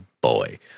boy